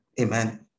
Amen